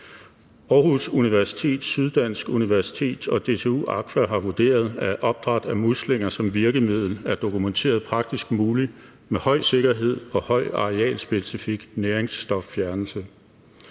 Aarhus Universitet, Syddansk Universitet og DTU Aqua har vurderet, at opdræt af muslinger som virkemiddel er dokumenteret praktisk muligt med høj sikkerhed og høj arealspecifik næringsstoffjernelse.